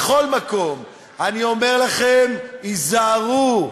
בכל מקום, אני אומר לכם: היזהרו.